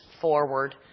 forward